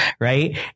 Right